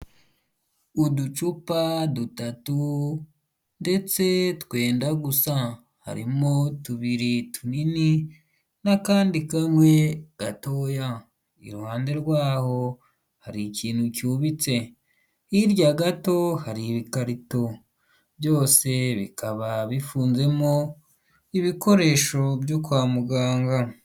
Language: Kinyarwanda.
Uducupa dutatu ndetse twenda gusa harimo tubiri tunini n'akandi kamwe gatoya, i ruhande rwaho hari ikintu cyubitse, hirya gato hari ibikarito byose bikaba bifunzemo ibikoresho byo kwa muganga.